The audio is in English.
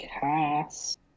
cast